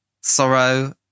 Sorrow